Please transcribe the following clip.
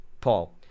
Paul